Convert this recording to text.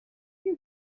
you